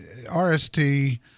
RST